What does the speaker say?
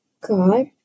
God